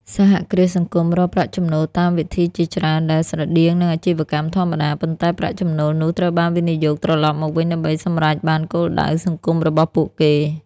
សហគ្រាសសង្គមរកប្រាក់ចំណូលតាមវិធីជាច្រើន ដែលស្រដៀងនឹងអាជីវកម្មធម្មតា ប៉ុន្តែប្រាក់ចំណូលនោះត្រូវបានវិនិយោគត្រឡប់មកវិញដើម្បីសម្រេចបានគោលដៅសង្គមរបស់ពួកគេ។